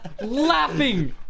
Laughing